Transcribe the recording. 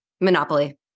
Monopoly